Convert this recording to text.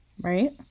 Right